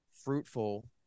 fruitful